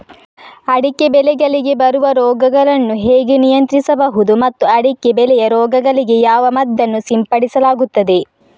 ಅಡಿಕೆ ಬೆಳೆಗಳಿಗೆ ಬರುವ ರೋಗಗಳನ್ನು ಹೇಗೆ ನಿಯಂತ್ರಿಸಬಹುದು ಮತ್ತು ಅಡಿಕೆ ಬೆಳೆಯ ರೋಗಗಳಿಗೆ ಯಾವ ಮದ್ದನ್ನು ಸಿಂಪಡಿಸಲಾಗುತ್ತದೆ?